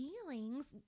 feelings